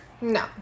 No